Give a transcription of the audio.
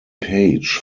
page